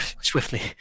swiftly